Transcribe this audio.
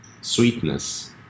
sweetness